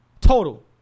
Total